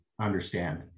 understand